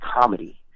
comedy